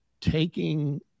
taking